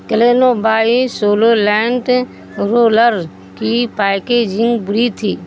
کلینو by Solo lint roller کی packaging بری تھی